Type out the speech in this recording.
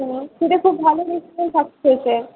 হ্যাঁ সেটা খুব ভালো রেসপন্স আসছে